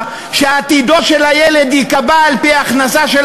שעתידו של הילד ייקבע על-פי ההכנסה של